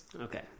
Okay